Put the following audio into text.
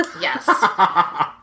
Yes